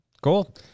Cool